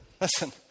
listen